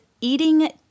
eating